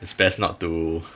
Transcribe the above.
it's best not to